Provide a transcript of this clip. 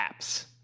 apps